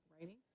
writing